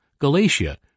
Galatia